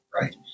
right